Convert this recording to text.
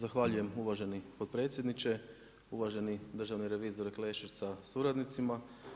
Zahvaljujem uvaženi potpredsjedniče, uvaženi državni revizore Klešić sa suradnicima.